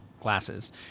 glasses